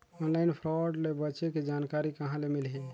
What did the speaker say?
Online fraud ले बचे के जानकारी कहां ले मिलही?